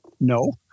No